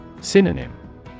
Synonym